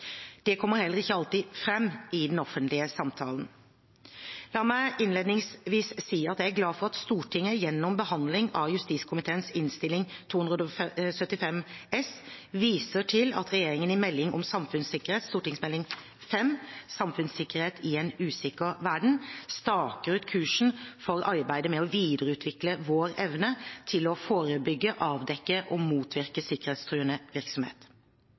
Det kommer heller ikke alltid fram i den offentlige samtalen. La meg innledningsvis si at jeg er glad for at Stortinget gjennom behandlingen av justiskomiteens Innst. 275 S for 2020–2021 viser til at regjeringen i meldingen om samfunnssikkerhet, Meld. St. 5 for 2020–2021 Samfunnssikkerhet i en usikker verden, staker ut kursen for arbeidet med å videreutvikle vår evne til å forebygge, avdekke og motvirke sikkerhetstruende virksomhet.